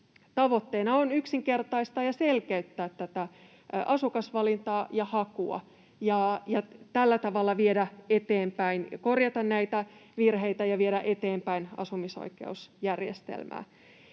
Tavoitteena on yksinkertaistaa ja selkeyttää asukasvalintaa ja hakua ja tällä tavalla korjata näitä virheitä ja viedä eteenpäin asumisoikeusjärjestelmää.